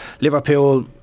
Liverpool